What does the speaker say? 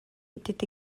était